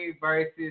versus